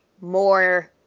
more